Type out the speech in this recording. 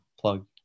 plug